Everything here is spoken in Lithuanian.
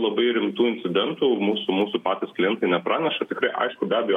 labai rimtų incidentų mūsų mūsų patys klientai nepraneša tikrai aišku be abejo